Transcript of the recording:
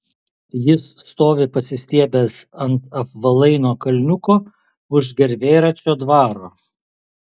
jis stovi pasistiebęs ant apvalaino kalniuko už gervėračio dvaro